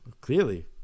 Clearly